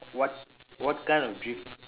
what what kind of drift